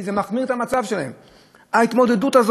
מחמיר את המצב גם מבחינה פיזית